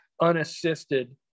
unassisted